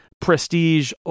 prestige